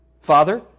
Father